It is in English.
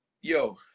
yo